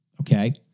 okay